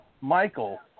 Michael